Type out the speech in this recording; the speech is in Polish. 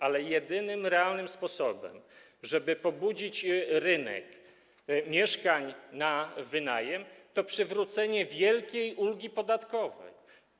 Ale jedynym realnym sposobem, żeby pobudzić rynek mieszkań na wynajem, jest przywrócenie wielkiej ulgi podatkowej.